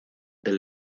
del